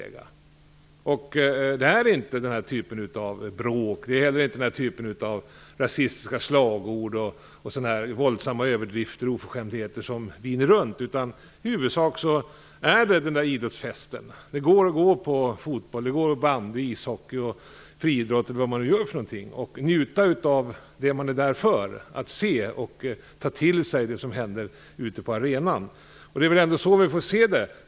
Där är det inte den här typen av bråk eller rasistiska slagord och sådana här våldsamma överdrifter och oförskämdheter som viner runt. I huvudsak är det en idrottsfest. Det går att gå på fotboll, bandy, ishockey, friidrott och vad det nu är och njuta av det man är där för: att se och ta till sig det som händer ute på arenan. Det är ändå så vi får se det.